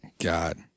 God